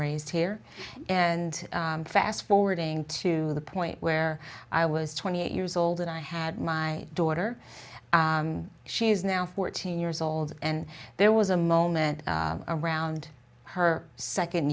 raised here and fast forwarding to the point where i was twenty eight years old and i had my daughter she's now fourteen years old and there was a moment around her second